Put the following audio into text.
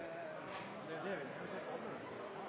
er det